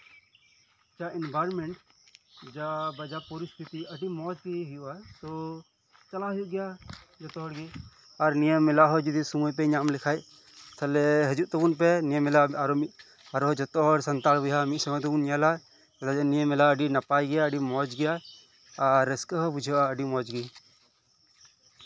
ᱡᱟ ᱤᱱᱵᱷᱟᱨᱢᱮᱱᱴ ᱡᱟ ᱯᱚᱨᱤᱥᱛᱷᱤᱛᱤ ᱟᱹᱰᱤ ᱢᱚᱡᱽ ᱜᱮ ᱦᱩᱭᱩᱜᱼᱟ ᱛᱳ ᱪᱟᱞᱟᱜ ᱦᱩᱭᱩᱜ ᱜᱮᱭᱟ ᱡᱚᱛᱚ ᱦᱚᱲᱜᱮ ᱟᱨ ᱱᱤᱭᱟᱹ ᱢᱮᱞᱟ ᱦᱚᱸ ᱡᱚᱫᱤ ᱥᱚᱢᱚᱭ ᱯᱮ ᱧᱟᱢ ᱞᱮᱠᱷᱟᱡ ᱛᱟᱦᱚᱞᱮ ᱦᱤᱡᱩᱜ ᱛᱟᱵᱚᱱᱯᱮ ᱱᱤᱭᱟᱹ ᱢᱮᱞᱟ ᱟᱨ ᱢᱤᱫ ᱟᱨᱦᱚᱸ ᱡᱚᱛᱚ ᱦᱚᱲ ᱥᱟᱱᱛᱟᱲ ᱵᱚᱭᱦᱟ ᱢᱤᱫ ᱥᱚᱜᱮ ᱛᱮᱵᱚ ᱧᱮᱞᱟ ᱱᱤᱭᱟᱹ ᱢᱮᱞᱟ ᱟᱹᱰᱤ ᱱᱟᱯᱟᱭ ᱜᱮᱭᱟ ᱟᱹᱰᱤ ᱢᱚᱡᱽ ᱜᱮᱭᱟ ᱟᱨ ᱨᱟᱹᱥᱠᱟᱹ ᱦᱚᱸ ᱵᱩᱡᱷᱟᱹᱜᱼᱟ ᱟᱹᱰᱤ ᱢᱚᱡᱽ ᱜᱤ